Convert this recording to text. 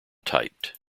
typed